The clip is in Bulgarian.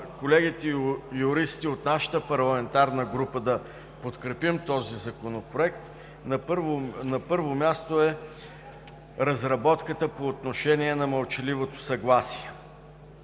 колегите юристи от нашата парламентарна група да подкрепим този Законопроект, на първо място, е разработката по отношение на мълчаливото съгласие.